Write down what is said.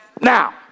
Now